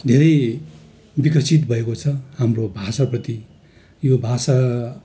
धेरै विकसित भएको छ हाम्रो भाषाप्रति यो भाषा